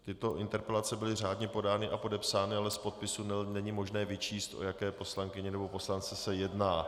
Tyto interpelace byly řádně podány a podepsány, ale z podpisu není možné vyčíst, o jaké poslankyně nebo poslance se jedná.